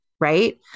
right